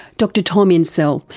dr tom insel,